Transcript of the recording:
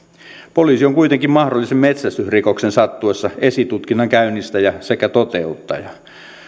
poliisi on kuitenkin mahdollisen metsästysrikoksen sattuessa esitutkinnan käynnistäjä sekä toteuttaja